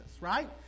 right